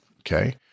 okay